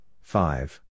five